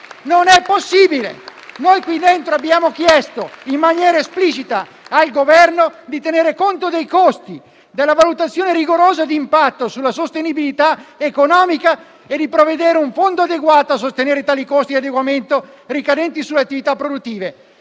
Non è possibile! In questa sede abbiamo chiesto in maniera esplicita al Governo di tenere conto dei costi, della valutazione rigorosa di impatto, della sostenibilità economica e di prevedere un fondo adeguato a sostenere i costi di adeguamento ricadenti sulle attività produttive.